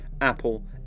Apple